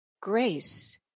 grace